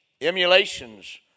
emulations